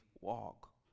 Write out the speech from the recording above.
walk